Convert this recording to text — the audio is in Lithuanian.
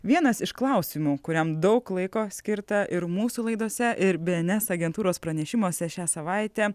vienas iš klausimų kuriam daug laiko skirta ir mūsų laidose ir bns agentūros pranešimuose šią savaitę